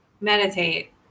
meditate